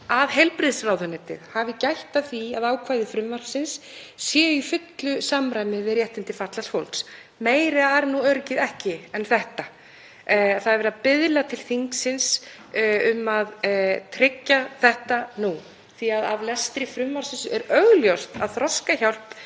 að heilbrigðisráðuneytið hafi gætt að því að ákvæði frumvarpsins séu í fullu samræmi við réttindi fatlaðs fólks, meira er nú öryggið ekki. Það er verið að biðla til þingsins um að tryggja þetta nú því að af lestri frumvarpsins er augljóst að Þroskahjálp